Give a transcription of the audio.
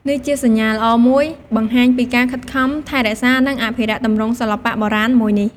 នេះជាសញ្ញាល្អមួយបង្ហាញពីការខិតខំថែរក្សា និងអភិរក្សទម្រង់សិល្បៈបុរាណមួយនេះ។